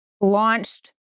launched